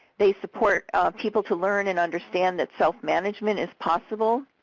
they support people to learn and understand that self-management is possible,